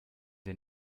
der